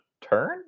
turn